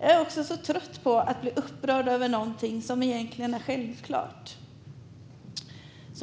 Jag är också trött på att bli upprörd över något som egentligen är självklart.